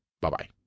Bye-bye